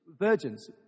virgins